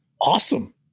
awesome